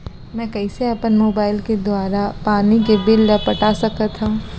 मैं कइसे अपन मोबाइल के दुवारा पानी के बिल ल पटा सकथव?